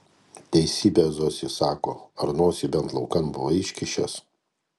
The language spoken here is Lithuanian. teisybę zosė sako ar nosį bent laukan buvai iškišęs